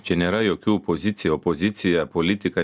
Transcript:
čia nėra jokių pozicija opozicija politika